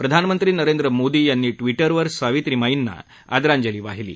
प्रधानमंत्री नरेंद्र मोदी यांनी ट्विटरवर सावित्रीमाईना आदराजली वाहिली आहे